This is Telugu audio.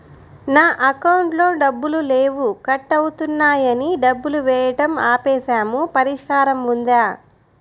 నా అకౌంట్లో డబ్బులు లేవు కట్ అవుతున్నాయని డబ్బులు వేయటం ఆపేసాము పరిష్కారం ఉందా?